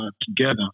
Together